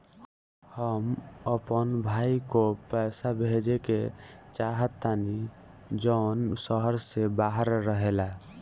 हम अपन भाई को पैसा भेजे के चाहतानी जौन शहर से बाहर रहेला